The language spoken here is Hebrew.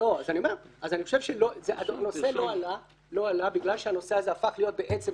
אז אני חושב שהנושא לא עלה בגלל שהנושא הזה הפך להיות אות מתה.